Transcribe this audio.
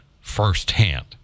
firsthand